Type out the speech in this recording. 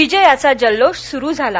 विजयाचा जल्लोष सुरू झाला